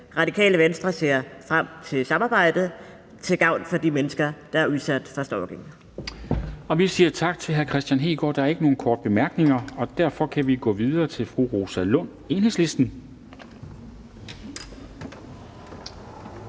Radikale Venstre ser frem til samarbejdet til gavn for de mennesker, der er udsat for stalking. Kl. 11:01 Formanden (Henrik Dam Kristensen): Vi siger tak til hr. Kristian Hegaard. Der er ikke nogen korte bemærkninger. Og derfor kan vi gå videre til fru Rosa Lund, Enhedslisten.